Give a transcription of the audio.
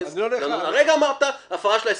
הרגע אמרת הפרה של ההסכם,